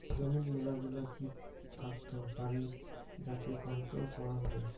জমিত মেলাগিলা কিট থাকত পারি যাকে কন্ট্রোল করাং হই